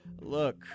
Look